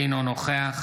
אינו נוכח